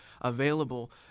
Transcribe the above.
available